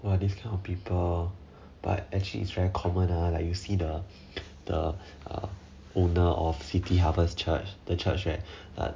!wah! this kind of people but actually is very common ah like you see the the owner of city harvest church the church right